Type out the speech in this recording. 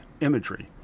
imagery